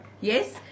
Yes